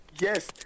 Yes